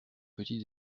petit